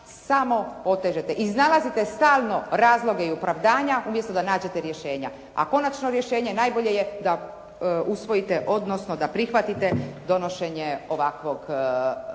samo otežete, iznalazite stalno razloge i opravdanja umjesto da nađete rješenja. A konačno rješenje najbolje je da usvojite, odnosno da prihvatite donošenje ovakvog, odnosno